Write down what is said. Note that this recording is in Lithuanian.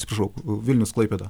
atsiprašau vilnius klaipėda